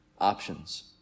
options